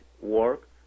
work